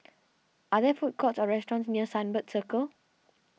are there food courts or restaurants near Sunbird Circle